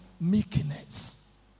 meekness